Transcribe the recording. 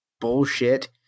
bullshit